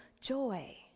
joy